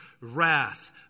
wrath